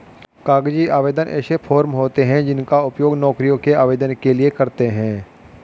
कागजी आवेदन ऐसे फॉर्म होते हैं जिनका उपयोग नौकरियों के आवेदन के लिए करते हैं